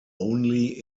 only